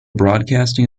broadcasting